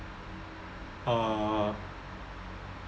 uh